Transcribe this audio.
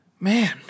man